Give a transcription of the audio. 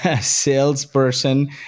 salesperson